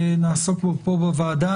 שנעסוק בו פה בוועדה,